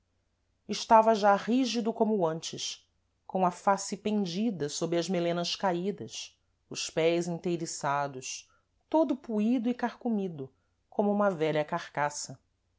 estava já rígido como antes com a face pendida sob as melenas caídas os pés inteiriçados todo poído e carcomido como uma vélha carcassa